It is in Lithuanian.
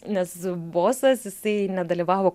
nes bosas jisai nedalyvavo